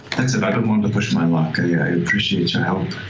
i don't want to push my luck, i appreciate your help.